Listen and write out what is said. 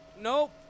Nope